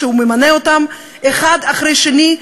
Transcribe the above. שהוא ממנה האחד אחרי השני,